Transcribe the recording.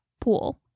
pool